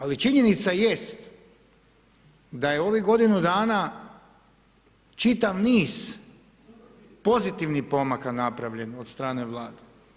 Ali činjenica jest da je ovih godinu dan čitav niz pozitivnih pomaka napravljen od strane Vlade.